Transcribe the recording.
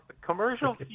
commercial